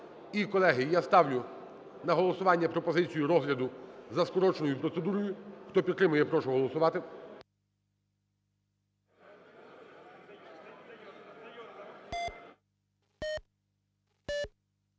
колеги, я ставлю на голосування пропозицію розгляду за скороченою процедурою. Хто підтримує, прошу голосувати.